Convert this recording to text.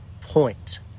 point